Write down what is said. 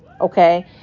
okay